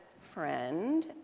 friend